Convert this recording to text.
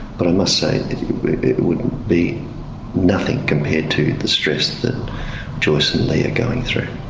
but i must say it would be nothing compared to the stress that joyce and lee are going through.